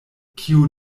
kio